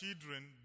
children